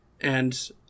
And-